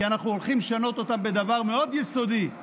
כי אנחנו הולכים לשנות אותם בדבר מאוד יסודי,